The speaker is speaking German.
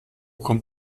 kommt